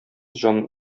җан